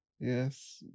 Yes